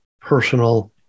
personal